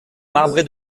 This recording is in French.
marbré